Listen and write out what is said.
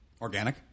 organic